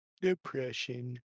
Depression